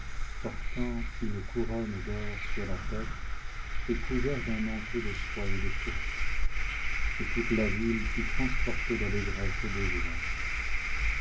portant une couronne d'or sur la tête et couvert d'un manteau de soie et de pourpre et toute la ville fut transportée d'allégresse et de joie